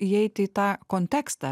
įeiti į tą kontekstą